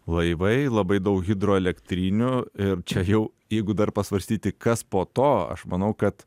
laivai labai daug hidroelektrinių ir čia jau jeigu dar pasvarstyti kas po to aš manau kad